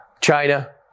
China